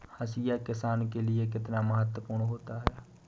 हाशिया किसान के लिए कितना महत्वपूर्ण होता है?